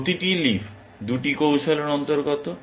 প্রতিটি লিফ 2টি কৌশলের অন্তর্গত